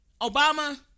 Obama